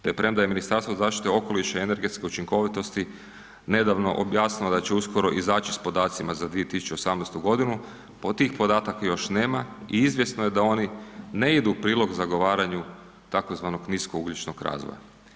Te premda je Ministarstvo zaštite okoliša i energetske učinkovitosti nedavno objasnilo da će uskoro izaći s podacima za 2018. godinu tih podataka još nema i izvjesno je da oni ne idu u prilog zagovaranju tzv. nisko ugljičnog razvoja.